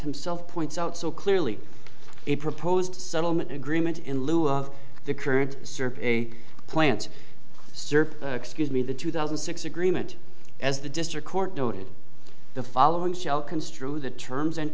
himself points out so clearly a proposed settlement agreement in lieu of the current survey plants serve excuse me the two thousand and six agreement as the district court noted the following shell construe the terms and